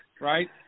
right